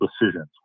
decisions